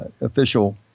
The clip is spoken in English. official